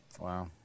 Wow